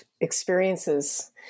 experiences